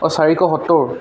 অ' চাৰিশ সত্তৰ